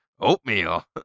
Oatmeal